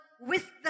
wisdom